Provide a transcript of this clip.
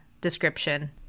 description